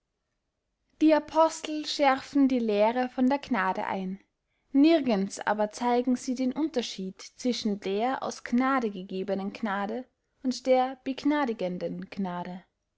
die apostel schärfen die lehre von der gnade ein nirgends aber zeigen sie den unterschied zwischen der aus gnade gegebenen gnade und der begnadigenden gnade